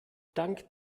dank